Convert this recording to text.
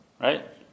right